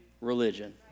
religion